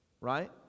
right